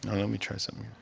let me try something